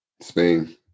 spain